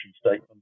statement